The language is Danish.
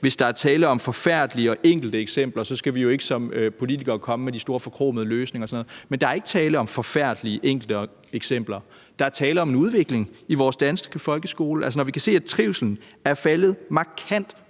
hvis der er tale om forfærdelige og enkeltstående eksempler, skal vi jo ikke som politikere komme med de store forkromede løsninger og sådan noget. Der er ikke tale om forfærdelige, enkeltstående eksempler – der er tale om en udvikling i vores danske folkeskole. Når vi kan se, at trivslen er faldet markant